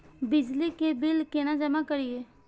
बिजली के बिल केना जमा करिए?